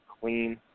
clean